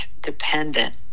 dependent